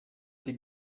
die